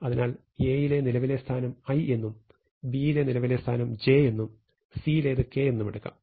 അതിനാൽ A യിലെ നിലവിലെ സ്ഥാനം i എന്നും B യിലെ നിലവിലെ സ്ഥാനം j എന്നും C യിലേത് k എന്നും എടുക്കാം